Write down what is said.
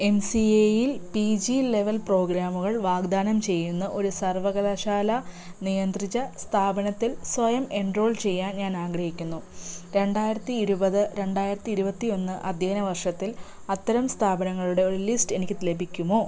M C എയിൽ P G level പ്രോഗ്രാമുകൾ വാഗ്ദാനം ചെയ്യുന്ന ഒരു സർവകലാശാല നിയന്ത്രിച്ച സ്ഥാപനത്തിൽ സ്വയം എൻറോൾ ചെയ്യാൻ ഞാൻ ആഗ്രഹിക്കുന്നു രണ്ടായിരത്തിയിരുവത് രണ്ടായിരത്തിയിരുവത്തിയൊന്ന് അധ്യയന വർഷത്തിൽ അത്തരം സ്ഥാപനങ്ങളുടെ ഒരു ലിസ്റ്റ് എനിക്ക് ലഭിക്കുമോ